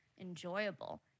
enjoyable